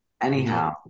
Anyhow